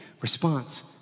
response